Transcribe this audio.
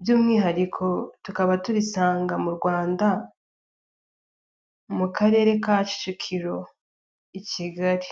by'umwihariko tukaba turisanga mu Rwanda mu karere ka Kicukiro i Kigali.